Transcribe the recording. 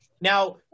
Now